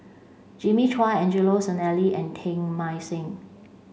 Jimmy Chua Angelo Sanelli and Teng Mah Seng